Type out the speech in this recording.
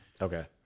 okay